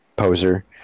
Poser